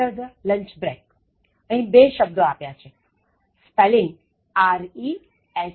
હવે અહીં બે શબ્દો આપ્યા છે spelling resume